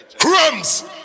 Crumbs